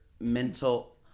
mental